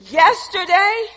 yesterday